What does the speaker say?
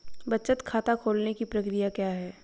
बचत खाता खोलने की प्रक्रिया क्या है?